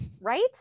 Right